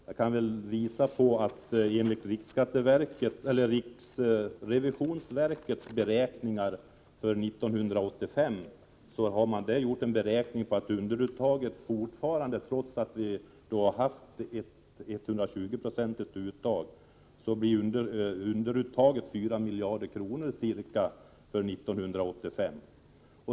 Jag kan visa på att riksrevisionsverket har gjort beräkningar för 1985, varav framgår att underuttaget fortfarande — trots ett uttag på 120 6 — blir ca 4 miljarder kronor för 1985.